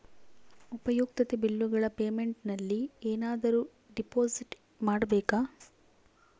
ಉಪಯುಕ್ತತೆ ಬಿಲ್ಲುಗಳ ಪೇಮೆಂಟ್ ನಲ್ಲಿ ಏನಾದರೂ ಡಿಪಾಸಿಟ್ ಮಾಡಬೇಕಾ?